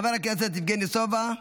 חבר הכנסת יבגני סובה,